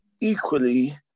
equally